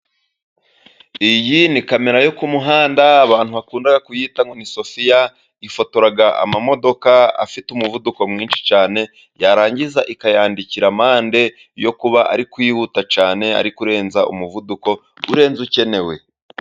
Iyi ni kamera yo kumuhanda abantu bakunda kuyita nko ni sofiya, ifotora amamodoka afite umuvuduko mwinshi cyane yarangiza ikayandikira amande yo kuba ari kwihuta cyane ari kurenza umuvuduko urenze ukenewe